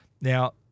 Now –